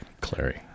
clary